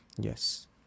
Yes